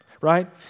right